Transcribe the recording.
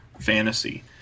fantasy